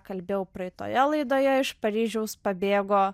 kalbėjau praeitoje laidoje iš paryžiaus pabėgo